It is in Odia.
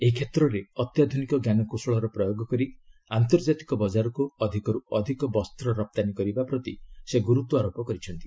ଏହି କ୍ଷେତ୍ରରେ ଅତ୍ୟାଧୁନିକ ଞ୍ଜାନକୌଶଳର ପ୍ରୟୋଗ କରି ଆନ୍ତର୍ଜାତିକ ବଜାରକୁ ଅଧିକରୁ ଅଧିକ ବସ୍ତ୍ର ରପ୍ତାନୀ କରିବା ପ୍ରତି ସେ ଗୁରୁତ୍ୱାରୋପ କରିଛନ୍ତି